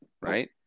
right